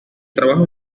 trabajo